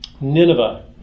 Nineveh